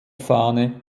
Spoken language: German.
fahne